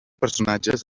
personatges